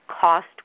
cost